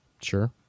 Sure